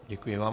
Děkuji vám.